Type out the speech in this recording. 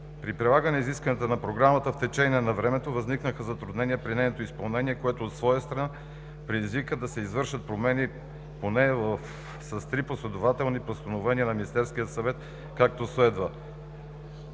При прилагането на изискванията на Програмата в течение на времето възникнаха затруднения при нейното изпълнение, което от своя страна предизвика да се извършват промени поне в три последователни постановления на Министерския съвет, както следва: